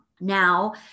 Now